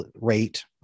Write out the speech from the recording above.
rate